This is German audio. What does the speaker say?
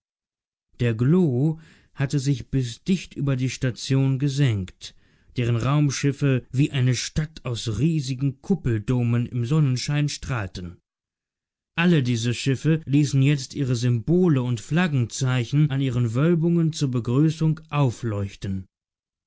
glo hatte sich bis dicht über die station gesenkt deren raumschiffe wie eine stadt aus riesigen kuppeldomen im sonnenschein strahlten alle diese schiffe ließen jetzt ihre symbole und flaggenzeichen an ihren wölbungen zur begrüßung aufleuchten